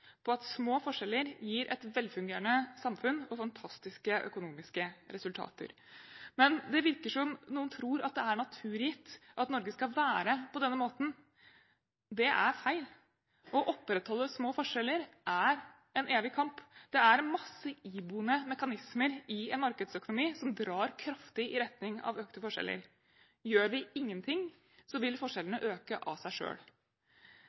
på at små forskjeller gir et velfungerende samfunn og fantastiske økonomiske resultater. Men det virker som om noen tror at det er naturgitt at Norge skal være på denne måten. Det er feil. Å opprettholde små forskjeller er en evig kamp. Det er masse iboende mekanismer i en markedsøkonomi som drar kraftig i retning av økte forskjeller. Gjør vi ingen ting, vil forskjellene øke av seg